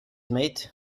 mate